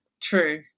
true